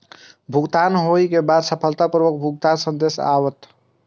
भुगतान होइ के बाद सफलतापूर्वक भुगतानक संदेश आओत